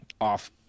off